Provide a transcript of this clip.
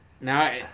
Now